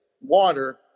water